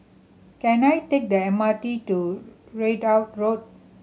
can I take the M R T to Ridout Road